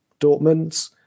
Dortmund